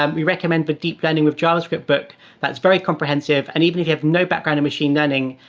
um we recommend the deep learning with javascript book that's very comprehensive. and even you have no background in machine learning,